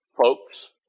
folks